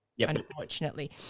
unfortunately